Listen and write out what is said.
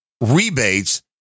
rebates